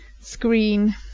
screen